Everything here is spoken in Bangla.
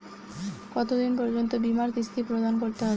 কতো দিন পর্যন্ত বিমার কিস্তি প্রদান করতে হবে?